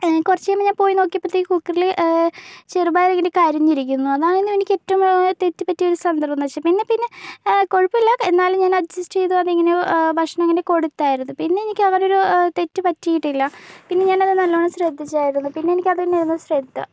കുറച്ച് കഴിയുമ്പോൾ ഞാൻ പോയി നോക്കിയപ്പോഴത്തേക്ക് കുക്കറില് ചെറുപയറിങ്ങനെ കരിഞ്ഞിരിക്കുന്നു അതായിരുന്നു എനിക്ക് ഏറ്റവും തെറ്റ് പറ്റിയ ഒരു സന്ദർഭംന്നു വെച്ചാ പിന്നെപ്പിന്നെ കൊഴപ്പുല്ല എന്നാലും ഞാന് അഡ്ജസ്റ്റ് ചെയ്തു കാരണം എങ്ങനെയോ ഭക്ഷണം കൊടുത്തായിരുന്നു പിന്നെനിക്ക് അങ്ങനൊരു തെറ്റ് പറ്റിയിട്ടില്ല പിന്നെ ഞാനത് നല്ലവണ്ണം ശ്രദ്ധിച്ചായിരുന്നു പിന്നെ എനിക്കതെന്നെയായിരുന്നു ശ്രദ്ധ